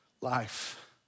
life